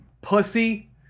pussy